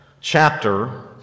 chapter